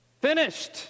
finished